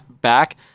back